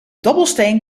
dobbelsteen